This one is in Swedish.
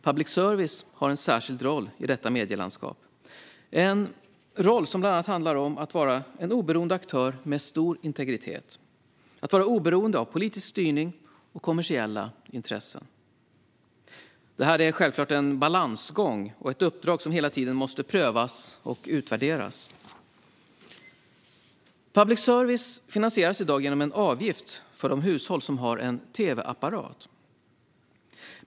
Public service har en särskild roll i detta medielandskap, nämligen som en aktör med stor integritet och som är oberoende av politisk styrning och kommersiella intressen. Detta är självklart en balansgång och ett uppdrag som hela tiden måste prövas och utvärderas. Public service finansieras i dag genom en avgift för de hushåll som har en tv-apparat.